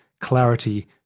clarity